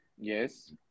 Yes